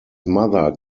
mother